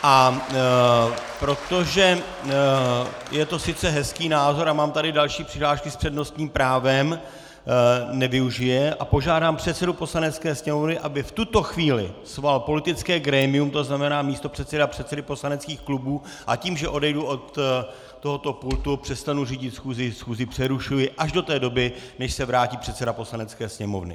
A protože je to sice hezký názor a mám tady další přihlášky s přednostním právem, nevyužiji je a požádám předsedu Poslanecké sněmovny, aby v tuto chvíli svolal politické grémium, to znamená místopředsedy a předsedy poslaneckých klubů, a tím, že odejdu od tohoto pultu, přestanu řídit schůzi, schůzi přerušuji až do té doby, než se vrátí předseda Poslanecké sněmovny.